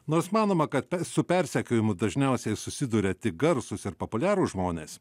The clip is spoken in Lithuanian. nors manoma kad su persekiojimu dažniausiai susiduria tik garsūs ir populiarūs žmonės